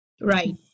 Right